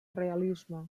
realisme